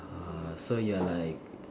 uh so you're like